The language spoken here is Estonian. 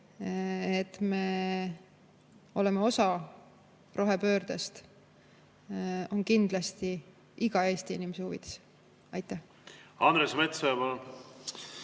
et me oleme osa rohepöördest, on kindlasti iga Eesti inimese huvides. Aitäh, hea küsija!